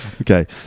Okay